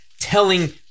Telling